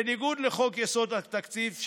בניגוד לחוק יסודות התקציב,